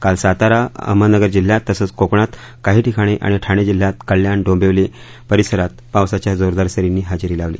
काल सातारा अहमदनगर जिल्ह्यात तसंच कोकणात काही ठिकाणी आणि ठाणे जिल्ह्यात कल्याणडोंबिवली परिसरात पावसाच्या जोरदार सरींनी हजेरी लावली